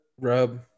rub